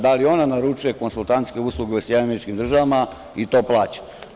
Da li ona naručuje konsultantske usluge u SAD i to plaća?